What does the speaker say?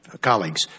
colleagues